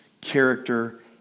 character